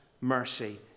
mercy